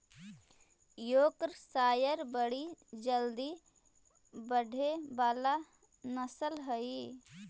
Yorkshire बड़ी जल्दी बढ़े वाला नस्ल हई